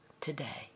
today